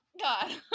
god